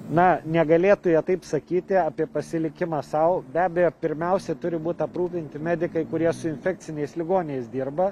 na negalėtų jie taip sakyti apie pasilikimą sau be abejo pirmiausia turi būt aprūpinti medikai kurie su infekciniais ligoniais dirba